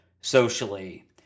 socially